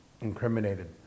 incriminated